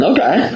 Okay